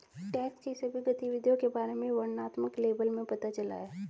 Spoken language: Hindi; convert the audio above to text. टैक्स की सभी गतिविधियों के बारे में वर्णनात्मक लेबल में पता चला है